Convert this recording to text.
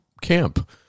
camp